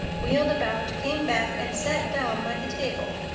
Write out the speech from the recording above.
wheeled about, came back and sat down by the table,